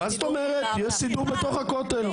כן, יש סידור בתוך הכותל.